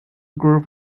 group